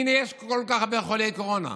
הינה, יש כל כך הרבה חולי קורונה?